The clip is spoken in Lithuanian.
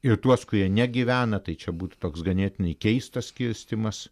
ir tuos kurie negyvena tai čia būtų toks ganėtinai keistas skirstymas